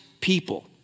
people